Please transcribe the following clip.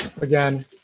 Again